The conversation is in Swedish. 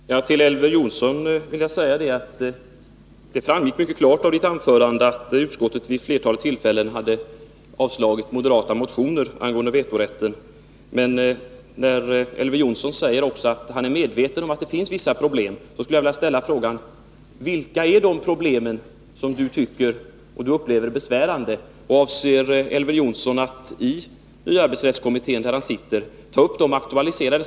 Fru talman! Till Elver Jonsson vill jag säga att det mycket klart framgick av hans anförande att utskottet vid ett flertal tillfällen avstyrkt moderata motioner angående vetorätten. Elver Jonsson sade också att han är medveten om att det finns vissa problem. Jag skulle därför vilja ställa frågan: Vilka problem är det som Elver Jonsson uppfattar som besvärande? Och avser Elver Jonsson att i arbetsrättskommittén, där han ingår, att ta upp dessa problem och aktualisera dem?